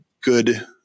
good